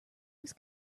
was